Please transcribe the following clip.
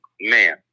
Man